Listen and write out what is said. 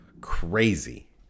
crazy